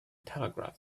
telegraph